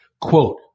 Quote